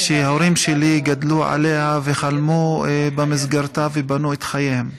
שההורים שלי גדלו עליה, חלמו בה ובנו את חייהם.